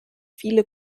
viele